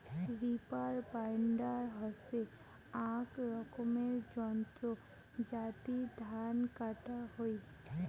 reaper binder হসে আক রকমের যন্ত্র যাতি ধান কাটা হই